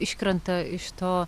iškrenta iš to